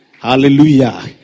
Hallelujah